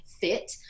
fit